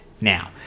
now